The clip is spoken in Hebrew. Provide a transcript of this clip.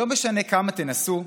לא משנה כמה תנסו,